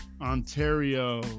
Ontario